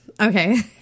Okay